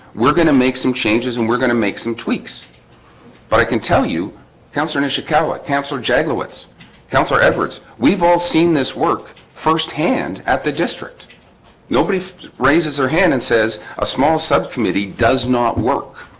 we're gonna make some changes and we're gonna make some tweaks but i can tell you councillor nishikawa camps or jag lowitz counts our efforts we've all seen this work firsthand at the district nobody raises her hand and says a small subcommittee does not work